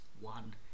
one